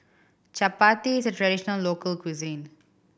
Chappati is a traditional local cuisine